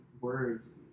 words